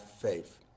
Faith